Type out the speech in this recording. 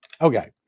Okay